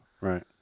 Right